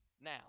now